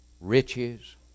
riches